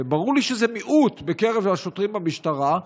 וברור לי שזה מיעוט בקרב השוטרים במשטרה,